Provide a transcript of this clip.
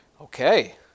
Okay